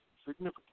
significant